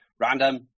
Random